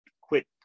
quit